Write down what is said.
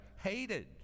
hated